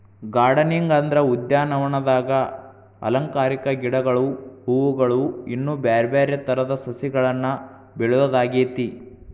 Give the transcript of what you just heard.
gardening ಅಂದ್ರ ಉದ್ಯಾನವನದಾಗ ಅಲಂಕಾರಿಕ ಗಿಡಗಳು, ಹೂವುಗಳು, ಇನ್ನು ಬ್ಯಾರ್ಬ್ಯಾರೇ ತರದ ಸಸಿಗಳನ್ನ ಬೆಳಿಯೋದಾಗೇತಿ